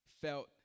felt